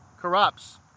corrupts